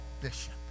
Bishop